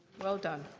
well done.